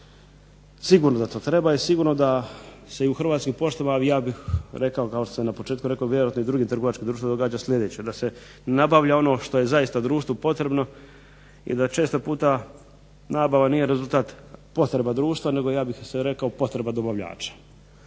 sigurno da to treba i sigurno da se i u Hrvatskoj poštama ali ja bih rekao, kao što sam na početku rekao, kao što se u drugim društvima događa sljedeće, da se nabavlja ono što je zaista društvu potrebno, i da često puta nabava nije rezultat potreba društva nego ja bih rekao potreba dobavljača.